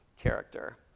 character